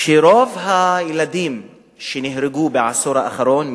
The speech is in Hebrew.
ולפיו רוב הילדים שנהרגו בעשור האחרון,